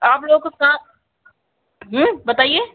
आप लोगों को काम बताइए